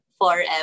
forever